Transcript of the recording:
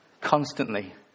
constantly